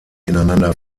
ineinander